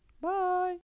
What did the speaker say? Bye